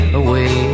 away